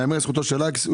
ייאמר לזכותו של אלכס.